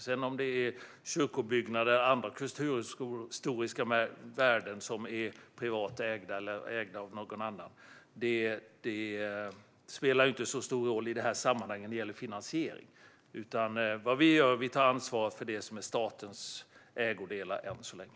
Om det sedan gäller kyrkobyggnader eller andra kulturhistoriska värden som är privat ägda eller ägda av någon annan spelar inte så stor roll i det här sammanhanget när det gäller finansiering. Vad vi gör är att ta ansvar för det som är statens ägodelar än så länge.